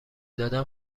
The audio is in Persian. دادم